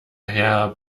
herr